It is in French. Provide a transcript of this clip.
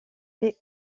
play